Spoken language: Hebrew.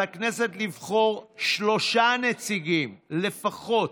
על הכנסת לבחור שלושה נציגים לפחות,